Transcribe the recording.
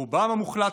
רובם המוחלט,